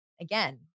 again